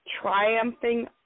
triumphing